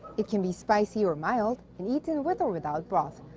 it can be spicy or mild, and eaten with or without broth.